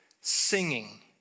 singing